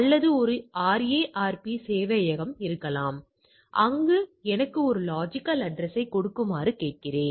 அல்லது ஒரு RARP சேவையகம் இருக்கலாம் அங்கு எனக்கு ஒரு லொஜிக்கல் அட்ரஸ்யைக் கொடுக்குமாறு கேட்டுக்கொள்கிறேன்